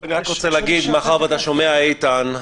אני רק רוצה להגיד, מאחר שאתה שומע, איתן,